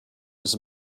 his